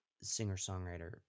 singer-songwriter